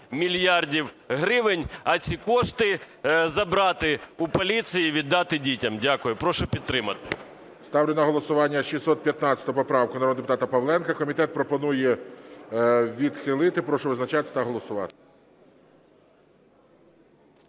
мільярда гривень, а ці кошти забрати у поліції і віддати дітям. Дякую. Прошу підтримати. ГОЛОВУЮЧИЙ. Ставлю на голосування 615 поправку народного депутата Павленка. Комітет пропонує відхилити. Прошу визначатися та голосувати.